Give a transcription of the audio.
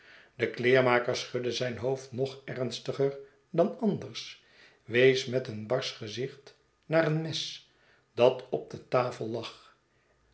de kleermaker schudde zijn hoofd nog ernstiger dan anders wees met een barsch gezicht naar een mes clat op de tafel lag